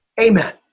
Amen